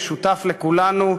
משותף לכולנו,